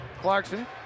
Clarkson